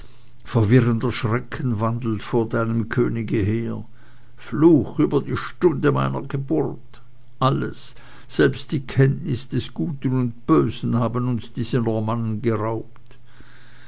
verwirrender schrecken wandelt vor deinem könige her fluch über die stunde meiner geburt alles selbst die kenntnis des guten und bösen haben uns diese normannen geraubt